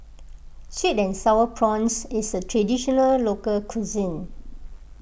Sweet and Sour Prawns is a Traditional Local Cuisine